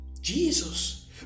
Jesus